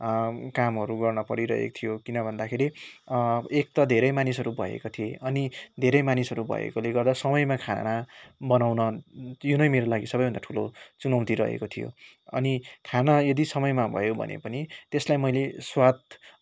कामहरू गर्न परिरहेको थियो किन भन्दाखेरि एक त धेरै मानिसहरू भएको थिए अनि धेरै मानिस भएकोले गर्दा समयमा खाना बनाउन यो नै मेरो लागि सबैभन्दा ठुलो चुनौती रहेको थियो अनि खाना यदि समयमा भयो भने पनि त्यसलाई मैले स्वाद